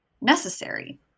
necessary